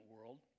world